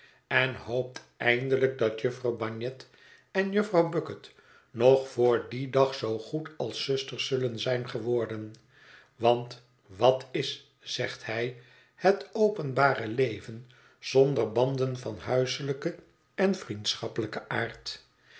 en hoopt eindelijk dat jufvrouw bagnet en jufvrouw bucket nog voor dien dag zoo goed als zusters zullen zijn geworden want wat is ztigt hij het openbare leven zonder banden van huiselijken en vriendschappelijkeh aard